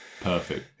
perfect